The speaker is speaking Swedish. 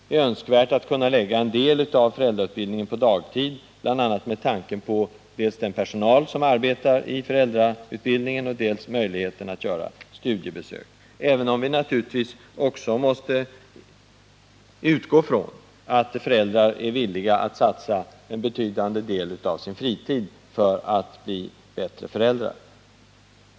Det är önskvärt att lägga en del av föräldrautbildningen på dagtid, bl.a. med tanke på dels den personal som arbetar i föräldrautbildningen, dels möjligheten att göra studiebesök. Men vi måste naturligtvis också utgå från att föräldrar är villiga att satsa en betydande del av sin fritid för att bli bättre föräldrar.